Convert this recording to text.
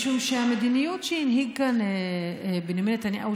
משום שהמדיניות שהנהיג כאן בנימין נתניהו,